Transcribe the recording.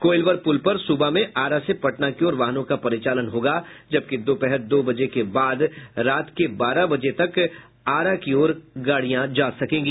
कोईलवर पुल पर सुबह में आरा से पटना की ओर वाहनों का परिचालन होगा जबकि दोपहर दो बजे के बाद रात के बारह बजे तक आरा की ओर गाड़ियां जा सकेंगी